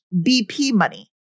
bpmoney